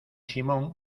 simón